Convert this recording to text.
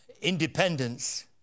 independence